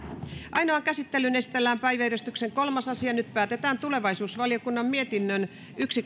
ainoaan käsittelyyn esitellään päiväjärjestyksen kolmas asia nyt päätetään tulevaisuusvaliokunnan mietinnön yksi